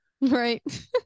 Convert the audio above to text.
right